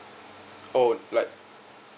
oh like